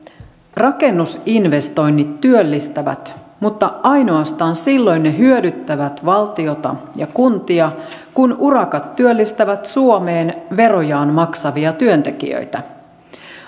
rakennusinvestoinnit työllistävät mutta ainoastaan silloin ne hyödyttävät valtiota ja kuntia kun urakat työllistävät suomeen verojaan maksavia työntekijöitä